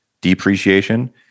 depreciation